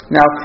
Now